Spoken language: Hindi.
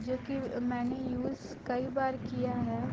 जो कि मैंने यूज़ कई बार किया है